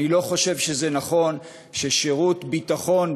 אני לא חושב שזה נכון ששירות ביטחון,